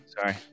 Sorry